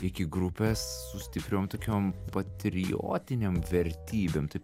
iki grupės su stipriom tokiom patriotinėm vertybėm taip